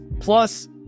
plus